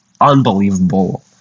unbelievable